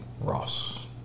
Ross